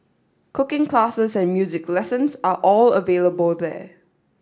cooking classes and music lessons are all available there